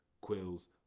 Quills